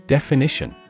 Definition